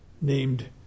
named